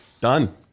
Done